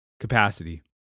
Capacity